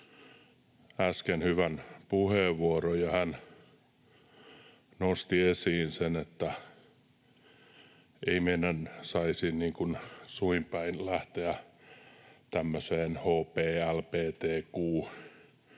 äsken hyvän puheenvuoron, kun hän nosti esiin sen, että me emme saisi suin päin lähteä tämmöiseen HBLBTQ+-ideologian